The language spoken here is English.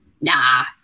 nah